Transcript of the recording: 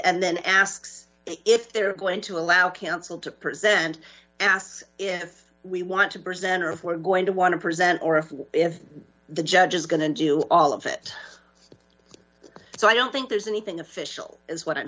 and then asks if they're going to allow counsel to present asks if we want to present or if we're going to want to present or if we if the judge is going to do all of it so i don't think there's anything official is what i'm